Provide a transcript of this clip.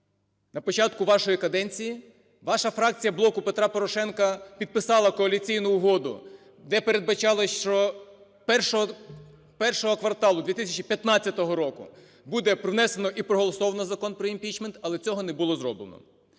на початку вашої каденції, ваша фракція "Блоку Петра Порошенка" підписала коаліційну угоду, де передбачалося, що першого кварталу 2015 року буде внесено і проголосовано Закон про імпічмент. Але цього не було зроблено.